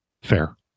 fair